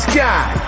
Sky